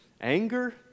anger